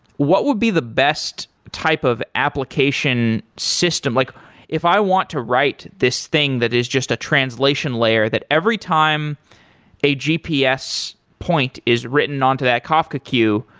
what would be the best type of application system like if i want to write this thing that is just a translation layer that every time a gps point is written onto that kafka queue,